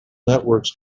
networks